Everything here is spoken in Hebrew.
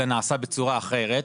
אלא נעשה בצורה אחרת,